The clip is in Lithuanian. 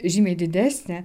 žymiai didesnė